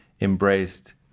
embraced